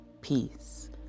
peace